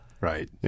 Right